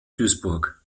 duisburg